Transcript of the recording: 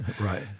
Right